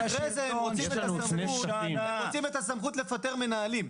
אחרי זה הם רוצים את הסמכות לפטר מנהלים.